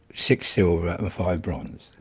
six silver and five bronze.